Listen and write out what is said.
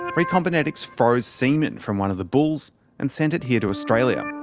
um recombinetics froze semen from one of the bulls and sent it here to australia.